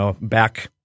back